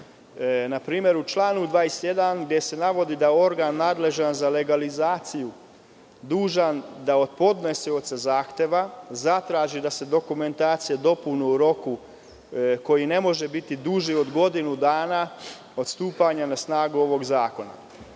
Na primer u članu 21, gde se navodi da organ nadležan za legalizaciju je dužan da od podnosioca zahteva zatraži da se dostavi dokumentacija u roku koji ne može biti duži od godinu dana od stupanja na snagu ovog zakona.